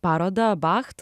parodą bacht